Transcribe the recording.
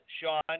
Sean